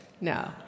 No